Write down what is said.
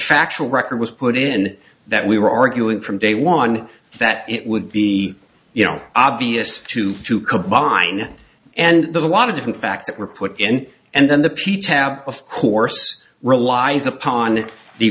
factual record was put in that we were arguing from day one that it would be you know obvious two to combine and there's a lot of different facts that were put in and then the p tab of course relies upon the